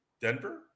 Denver